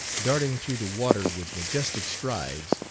darting through the water with majestic strides,